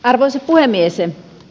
arvoisa puhemies